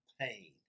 pain